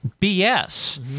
BS